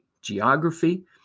geography